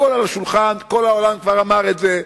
הכול על השולחן, כל העולם כבר אמר את זה.